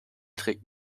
trägt